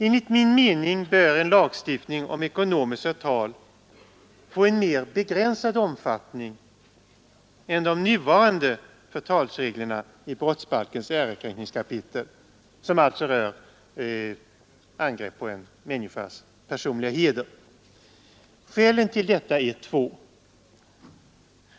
Enligt min mening bör en lagstiftning om ekonomiskt förtal få en mera begränsad omfattning än de nuvarande förtalsreglerna i brottsbalkens ärekränkningskapitel, som alltså rör angrepp på en människas personliga heder. Skälen till detta är två.